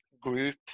group